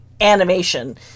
animation